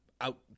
Out